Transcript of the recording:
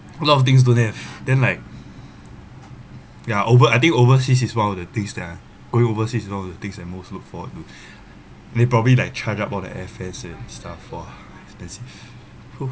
a lot of things don't have then like yeah over I think overseas is one of the things they're going overseas is one of the things that most look forward to they probably like charge up all the airfares and stuff !wah! expensive !huh!